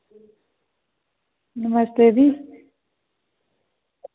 नमस्ते दी